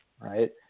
right